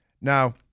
Now